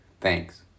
Thanks